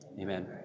Amen